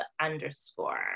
underscore